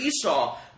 Esau